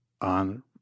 on